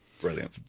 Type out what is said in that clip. Brilliant